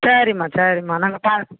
சரி அம்மா சரி அம்மா நாங்கள் பார்த்துட்டு